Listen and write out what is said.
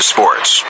Sports